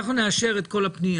אנחנו נאשר את כל הפנייה,